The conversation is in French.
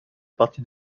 partie